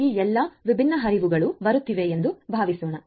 ಈ ಎಲ್ಲಾ ವಿಭಿನ್ನ ಹರಿವುಗಳು ಬರುತ್ತಿವೆ ಎಂದು ಭಾವಿಸೋಣ